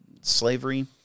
slavery